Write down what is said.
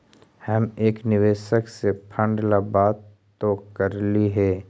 हम एक निवेशक से फंड ला बात तो करली हे